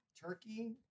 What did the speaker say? Turkey